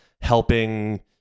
helping